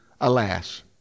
Alas